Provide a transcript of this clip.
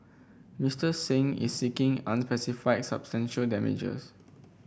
Mister Singh is seeking unspecified substantial damages